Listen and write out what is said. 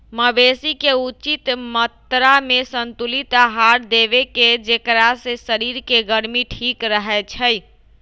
मवेशी के उचित मत्रामें संतुलित आहार देबेकेँ जेकरा से शरीर के गर्मी ठीक रहै छइ